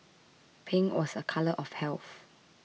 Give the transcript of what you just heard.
pink was a colour of health